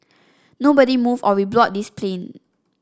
nobody move or we blow this plane